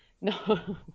No